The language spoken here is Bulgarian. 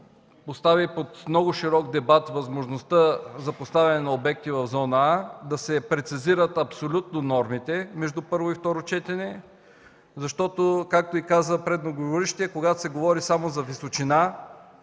постави под много широк дебат възможността за поставяне на обекти в зона „А”, да се прецизират абсолютно нормите между първо и второ четене, защото както каза и преждеговорившия, когато се говори само за височина